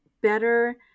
better